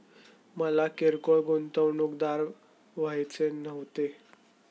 मला किरकोळ गुंतवणूकदार व्हायचे नव्हते